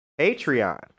Patreon